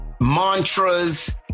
mantras